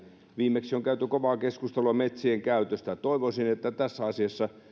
viimeksi on käyty kovaa keskustelua metsienkäytöstä toivoisin että tässä asiassa